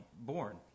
born